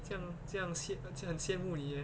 这样这样 seat 那嗯羡慕你 eh